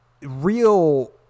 real